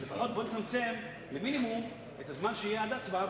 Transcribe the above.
לפחות בואו נצמצם למינימום את הזמן שיהיה עד ההצבעה,